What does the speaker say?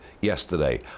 yesterday